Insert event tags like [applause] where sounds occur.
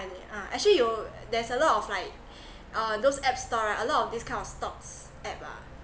and uh actually you there's a lot of like [breath] uh those app store right a lot of this kind of stocks app ah